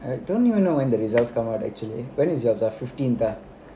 I don't even know when the results come out actually when is yours ah